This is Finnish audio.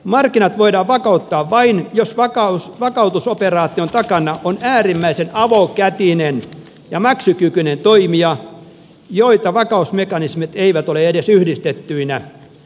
markkinat voida pakottaa vain jos varkaus vakautusoperaation takana on äärimmäisen avokätinen ja maksukykyinen toimija joita vakausmekanismit eivät ole edes yhdistettyinä